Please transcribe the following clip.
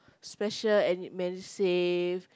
special any Medisave